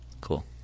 Cool